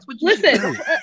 listen